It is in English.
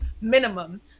minimum